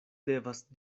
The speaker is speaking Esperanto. devas